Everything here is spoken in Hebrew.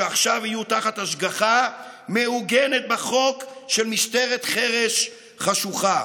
שעכשיו יהיו תחת השגחה מעוגנת בחוק של משטרת חרש חשוכה.